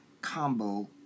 combo